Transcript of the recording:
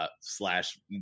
slash